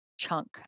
Chunk